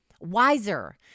wiser